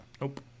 Nope